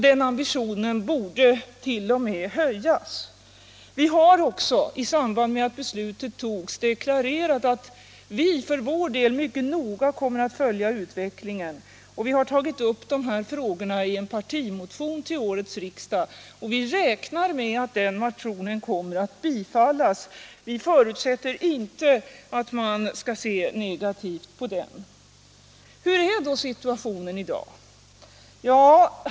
Den ambitionen borde t.o.m. höjas. Vi socialdemokrater har också i samband med att beslutet togs deklarerat att vi för vår del mycket noga kommer att följa utvecklingen. Vi har därför självfallet tagit upp frågan i en partimotion till årets riksdag och vi räknar med att den motionen kommer att bifallas. Vi kan inte tänka oss att man skall se negativt på den. Hur är då situationen i dag?